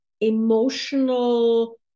emotional